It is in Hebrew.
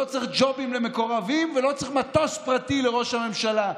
לא צריך ג'ובים למקורבים ולא צריך מטוס פרטי לראש הממשלה.